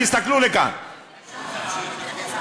תסתכלו לכאן,